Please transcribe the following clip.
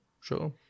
Sure